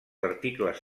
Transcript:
articles